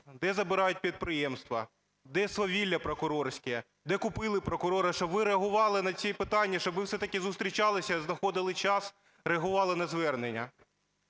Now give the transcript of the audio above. де забирають підприємства, де свавілля прокурорське, де купили прокурора. Щоб ви реагували на ці питання, щоб ви все-таки зустрічалися, знаходили час, реагували на звернення.